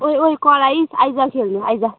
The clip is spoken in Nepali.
ओइ ओइ कराइस् आइज खेल्नु आइज